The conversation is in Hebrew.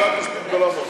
הוצאה כספית גדולה מאוד.